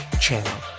channel